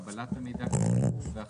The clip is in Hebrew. קבלת המידע והחזקתו.